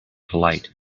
polite